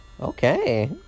Okay